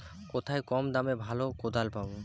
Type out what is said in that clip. কোথায় কম দামে ভালো কোদাল পাব?